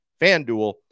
Fanduel